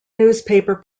newspaper